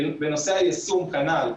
בנושא היישום כנ"ל,